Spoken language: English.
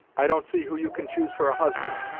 i don't see who you can choose for a husband,